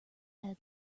head